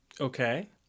Okay